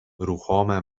ruchome